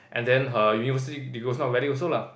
and then her University degree was not valid also lah